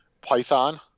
Python